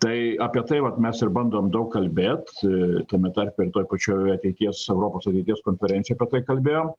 tai apie tai vat mes ir bandom daug kalbėt tame tarpe ir toj pačioj ateities europos ateities konferencijoj apie tai kalbėjom